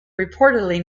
reportedly